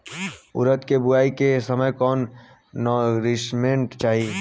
उरद के बुआई के समय कौन नौरिश्मेंट चाही?